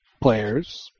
players